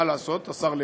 מה לעשות, השר לוין,